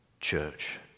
church